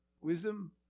wisdom